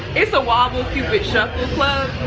it's a wobble cupid shuffle club.